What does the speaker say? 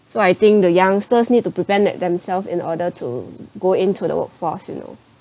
so I think the youngsters need to prepare themselves in order to go into the workforce you know